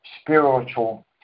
spiritual